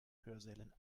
hörsälen